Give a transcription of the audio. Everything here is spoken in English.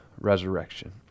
resurrection